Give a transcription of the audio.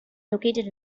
located